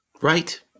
Right